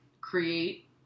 create